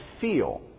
feel